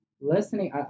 listening